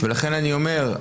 ולכן אני אומר: